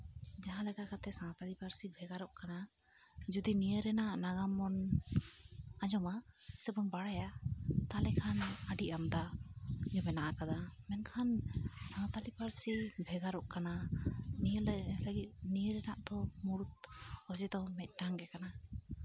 ᱡᱟᱦᱟᱸ ᱞᱮᱠᱟ ᱠᱟᱛᱮᱜ ᱥᱟᱱᱛᱟᱲᱤ ᱯᱟᱹᱨᱥᱤ ᱵᱷᱮᱜᱟᱨᱚᱜ ᱠᱟᱱᱟ ᱡᱩᱫᱤ ᱱᱤᱭᱟᱹ ᱨᱮᱭᱟᱜ ᱱᱟᱜᱟᱢ ᱵᱚᱱ ᱟᱸᱡᱚᱢᱟ ᱥᱮᱵᱚᱱ ᱵᱟᱲᱟᱭᱟ ᱛᱟᱦᱚᱞᱮ ᱠᱷᱟᱱ ᱟᱹᱰᱤ ᱟᱢᱫᱟ ᱜᱮ ᱢᱮᱱᱟᱜ ᱟᱠᱟᱫᱟ ᱥᱟᱶᱛᱟᱞᱤ ᱯᱟᱹᱨᱥᱤ ᱵᱷᱮᱜᱟᱨᱚᱜ ᱠᱟᱱᱟ ᱱᱤᱭᱟᱹ ᱞᱟᱹᱜᱤᱫ ᱱᱤᱭᱟᱹ ᱨᱮᱱᱟᱜ ᱫᱚ ᱢᱩᱬᱩᱫ ᱚᱡᱮ ᱫᱚ ᱢᱤᱫᱴᱟᱱ ᱜᱮ ᱠᱟᱱᱟ